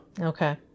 Okay